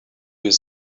his